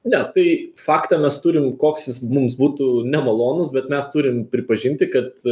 ne tai faktą mes turim koks jis mums būtų nemalonus bet mes turim pripažinti kad